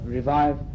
Revive